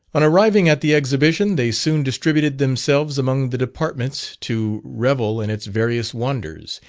on arriving at the exhibition, they soon distributed themselves among the departments, to revel in its various wonders,